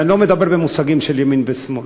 ואני לא מדבר במושגים של ימין ושמאל.